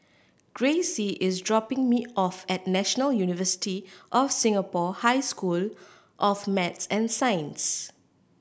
Gracie is dropping me off at National University of Singapore High School of Math and Science